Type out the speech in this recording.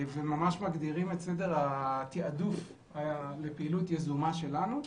אנחנו ממש מגדירים את סדר התיעדוף לפעילות יזומה שלנו.